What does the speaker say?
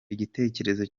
igitekerezo